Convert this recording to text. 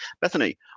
Bethany